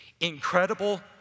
incredible